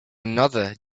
another